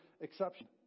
exception